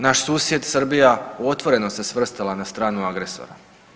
Naš susjed Srbija otvoreno se svrstala na stranu agresora.